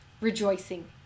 rejoicing